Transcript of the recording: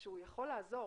שהוא יכול לעזור,